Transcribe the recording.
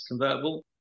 convertible